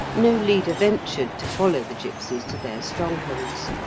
no leader ventured to follow the gipsies to their strongholds,